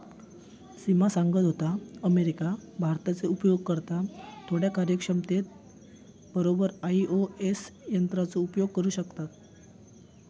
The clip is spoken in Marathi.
सिमा सांगत होता, अमेरिका, भारताचे उपयोगकर्ता थोड्या कार्यक्षमते बरोबर आई.ओ.एस यंत्राचो उपयोग करू शकतत